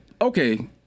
okay